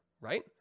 right